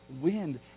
wind